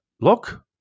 Look